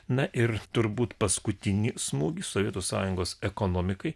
na ir turbūt paskutinį smūgį sovietų sąjungos ekonomikai